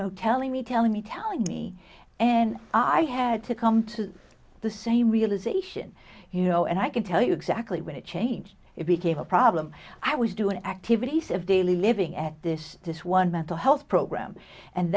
know telling me telling me telling me and i had to come to the same realization you know and i can tell you exactly when to change it became a problem i was doing activities of daily living at this this one mental health program and